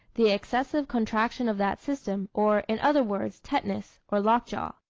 the excessive contraction of that system, or, in other words, tetanus, or lockjaw.